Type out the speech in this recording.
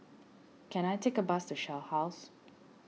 can I take a bus to Shell House